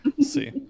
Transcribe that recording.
See